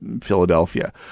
Philadelphia